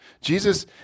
Jesus